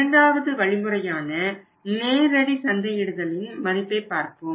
இரண்டாவது வழிமுறையான நேரடி சந்தையிடுதலின் மதிப்பை பார்ப்போம்